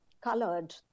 colored